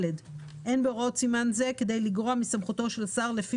אין בהוראות סימן זה כדי לגרוע מסמכותו של השר לפי